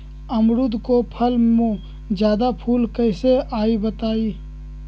अमरुद क फल म जादा फूल कईसे आई बताई?